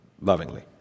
Lovingly